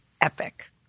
epic